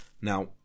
Now